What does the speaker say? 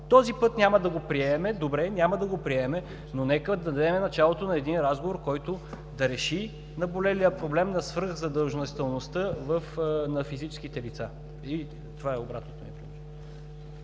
Този път няма да го приемем. Добре, няма да го приемем, но нека да дадем началото на един разговор, който да реши наболелия проблем за свръхзадлъжнялостта на физическите лица. Това е обратното ми